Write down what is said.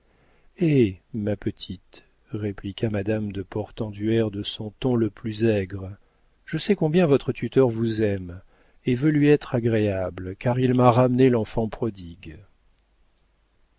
hé ma petite répliqua madame de portenduère de son ton le plus aigre je sais combien votre tuteur vous aime et veux lui être agréable car il m'a ramené l'enfant prodigue